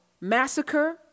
massacre